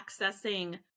accessing